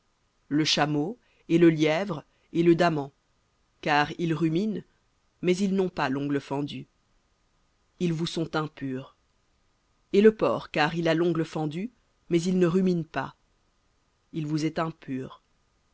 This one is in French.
le et le lièvre car il rumine mais il n'a pas l'ongle fendu il vous est impur et le porc car il a l'ongle fendu et le pied complètement divisé mais il ne rumine nullement il vous est impur